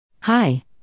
Hi